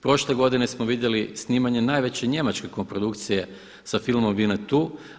Prošle godine smo vidjeli snimanje najveće njemačke koprodukcije sa filmom Winnetou.